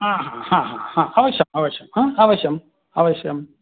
हा हा हा हा अवश्यं अवश्यं हा अवश्यं अवश्यं